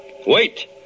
Wait